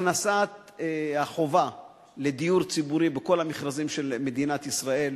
הכנסת החובה לדיור ציבורי בכל המכרזים של מדינת ישראל,